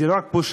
זאת לא רק בושה,